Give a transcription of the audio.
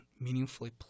meaningfully